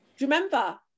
remember